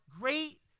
great